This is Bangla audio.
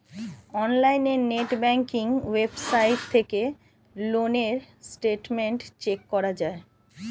অনলাইনে নেট ব্যাঙ্কিং ওয়েবসাইট থেকে লোন এর স্টেটমেন্ট চেক করা যায়